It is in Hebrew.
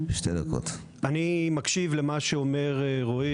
אני מקשיב למה שאומר רועי